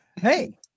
hey